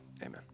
amen